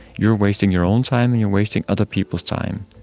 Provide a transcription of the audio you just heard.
you're wasting your own time, and you're wasting other people's time.